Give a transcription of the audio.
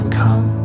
come